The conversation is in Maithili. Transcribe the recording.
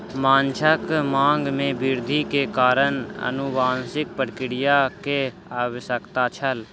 माँछक मांग में वृद्धि के कारण अनुवांशिक प्रक्रिया के आवश्यकता छल